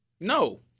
No